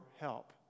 help